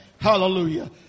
hallelujah